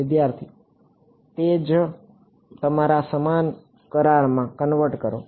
વિદ્યાર્થી તે જ તમારા સમાન કરારમાં કન્વર્ટ કરો